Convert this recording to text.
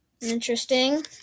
Interesting